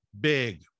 big